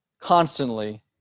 constantly